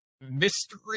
mystery